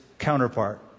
Counterpart